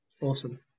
Awesome